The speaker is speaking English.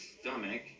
stomach